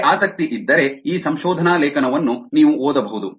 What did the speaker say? ನಿಮಗೆ ಆಸಕ್ತಿ ಇದ್ದರೆ ಈ ಸಂಶೋಧನಾ ಲೇಖನವನ್ನು ನೀವು ಓದಬಹುದು